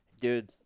Dude